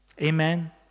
Amen